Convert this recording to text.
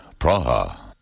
Praha